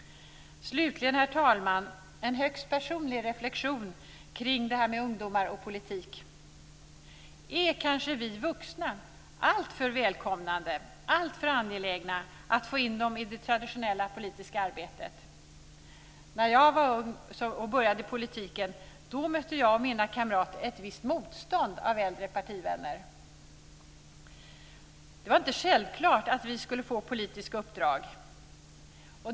Slutligen, herr talman, har jag en högst personlig reflexion kring det här med ungdomar och politik. Är kanske vi vuxna alltför välkomnande, alltför angelägna att få in dem i det traditionella politiska arbetet? När jag var ung och började i politiken mötte jag och mina kamrater ett visst motstånd från äldre partivänner. Det var inte självklart att vi skulle få politiska uppdrag.